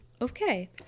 Okay